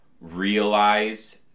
realize